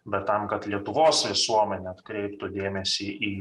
bet tam kad lietuvos visuomenė atkreiptų dėmesį į